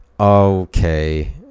okay